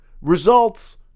results